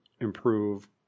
improve